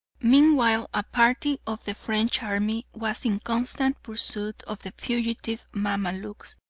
meanwhile a party of the french army was in constant pursuit of the fugitive mamaluks,